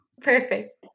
perfect